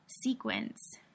sequence